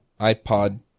iPod